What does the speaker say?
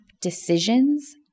decisions